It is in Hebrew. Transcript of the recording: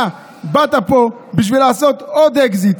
אתה באת לפה בשביל לעשות עוד אקזיט,